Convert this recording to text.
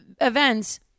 events